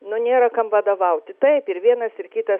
nu nėra kam vadovauti taip ir vienas ir kitas